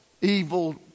evil